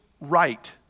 right